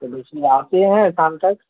چلو اس لیے آتے ہیں سام تک